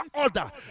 order